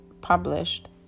published